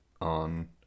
on